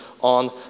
on